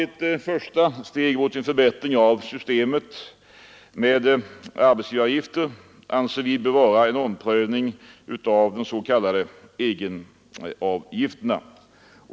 Ett första steg mot en förbättring av systemet med arbetsgivaravgifter anser vi vara en omprövning av de s.k. egenavgiftérna.